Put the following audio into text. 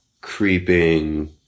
creeping